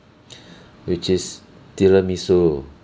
which is tiramisu